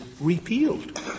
repealed